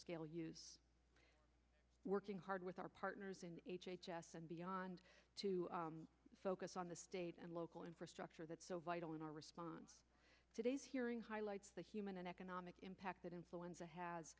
scale use working hard with our partners in h h s and beyond to focus on the state and local infrastructure that's so vital in our response today's hearing highlights the human and economic impact that influenza has